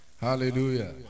Hallelujah